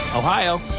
Ohio